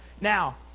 Now